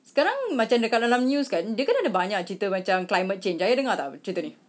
sekarang macam dekat dalam news kan dia kan ada banyak cerita macam climate change ayah dengar tak cerita ni